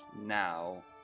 now